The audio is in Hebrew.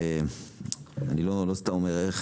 אני לא סתם אומר,